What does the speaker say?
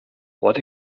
what